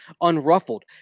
unruffled